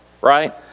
right